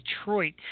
Detroit